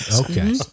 okay